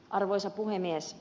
arvoisa puhemies